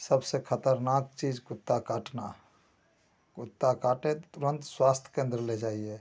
सबसे खतरनाक चीज़ कुत्ता काटना है कुत्ता काटे तुरन्त स्वास्थ्य केन्द्र ले जाइए